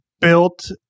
built